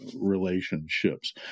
relationships